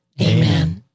Amen